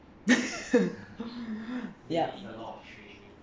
yup